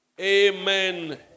Amen